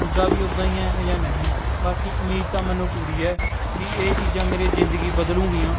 ਹੁੰਦਾ ਵੀ ਉੱਦਾਂ ਹੀ ਹੈ ਜਾਂ ਨਹੀਂ ਬਾਕੀ ਉਮੀਦ ਤਾਂ ਮੈਨੂੰ ਪੂਰੀ ਹੈ ਵੀ ਇਹ ਚੀਜ਼ਾਂ ਮੇਰੀ ਜ਼ਿੰਦਗੀ ਬਦਲਣਗੀਆਂ